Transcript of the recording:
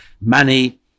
money